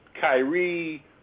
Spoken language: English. Kyrie